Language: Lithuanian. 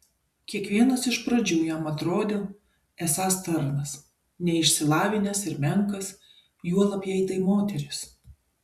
kiekvienas iš pradžių jam atrodo esąs tarnas neišsilavinęs ir menkas juolab jei tai moteris